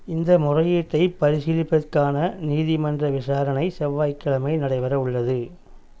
இந்த முறையீட்டைப் பரிசீலிப்பதற்கான நீதிமன்ற விசாரணை செவ்வாய்கிழமை நடைபெற உள்ளது